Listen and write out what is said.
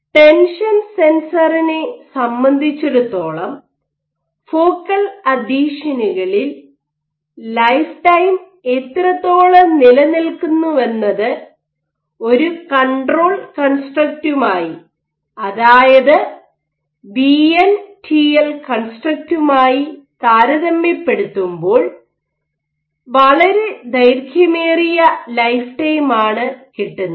tension സെൻസറിനെ സംബന്ധിച്ചിടത്തോളം focal അഥീഷനുകളിൽ ലൈഫ് ടൈം എത്രത്തോളം നിലനിൽക്കുന്നുവെന്നത് ഒരു കൺട്രോൾ കൺസ്ട്രക്റ്റുമായി അതായത് വിൻ ടിഎൽ കൺസ്ട്രക്റ്റുമായി താരതമ്യപ്പെടുത്തുമ്പോൾ വളരെ ദൈർഘ്യമേറിയ ലൈഫ് ടൈമാണ് കിട്ടുന്നത്